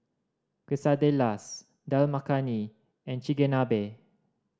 Quesadillas Dal Makhani and Chigenabe